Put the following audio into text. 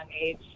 age